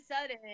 sudden